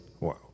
Wow